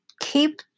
keep